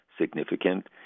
significant